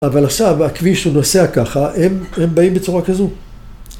אבל עכשיו הכביש שנוסע ככה, הם הם באים בצורה כזו.